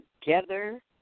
together